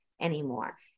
anymore